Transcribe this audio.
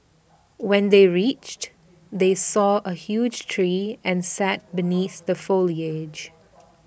when they reached they saw A huge tree and sat beneath the foliage